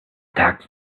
tax